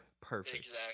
perfect